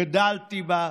גדלתי בה,